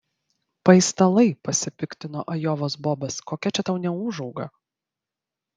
paistalai pasipiktino ajovos bobas kokia čia tau neūžauga